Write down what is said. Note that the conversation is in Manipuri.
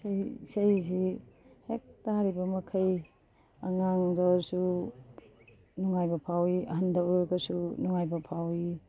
ꯏꯁꯩꯁꯤ ꯍꯦꯛ ꯇꯥꯔꯤꯕ ꯃꯈꯩ ꯑꯉꯥꯡꯗꯁꯨ ꯅꯨꯡꯉꯥꯏꯕ ꯐꯥꯎꯏ ꯑꯍꯟꯗ ꯑꯣꯏꯔꯒꯁꯨ ꯅꯨꯡꯉꯥꯏꯕ ꯐꯥꯎꯏ